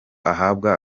ahabwa